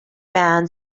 band